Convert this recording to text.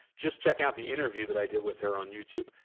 just check out the interview that i did with her on youtube,